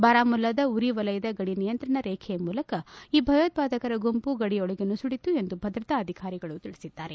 ಬಾರಾಮುಲ್ಲಾದ ಉರಿ ವಲಯದ ಗಡಿ ನಿಯಂತ್ರಣ ರೇಖೆಯ ಮೂಲಕ ಈ ಭಯೋತ್ವಾದಕರ ಗುಂಪು ಗಡಿಯೊಳಕ್ಕೆ ನುಸುಳಿತು ಎಂದು ಭದ್ರತಾ ಅಧಿಕಾರಿಗಳು ತಿಳಿಸಿದ್ದಾರೆ